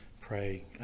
pray